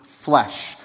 flesh